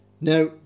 Now